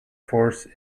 force